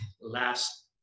last